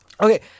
Okay